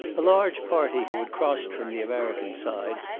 a large party who had crossed from the american side,